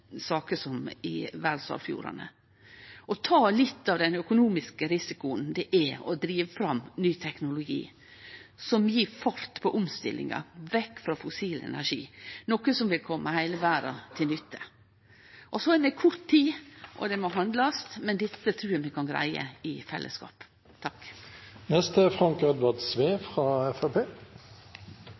ta litt av den økonomiske risikoen det er å drive fram ny teknologi som gjev fart på omstillinga, vekk frå fossil energi, noko som vil kome heile verda til nytte. Vi har kort tid, og det må handlast, men dette trur eg vi kan greie i fellesskap.